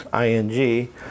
ing